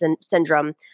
syndrome